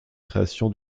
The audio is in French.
création